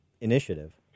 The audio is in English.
initiative